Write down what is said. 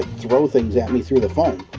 throw things at me through the phone.